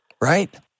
Right